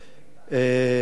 מההתנחלות,